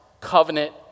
Covenant